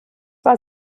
war